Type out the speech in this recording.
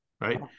right